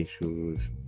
issues